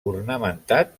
ornamentat